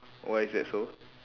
why is that so